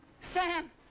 Sam